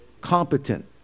competent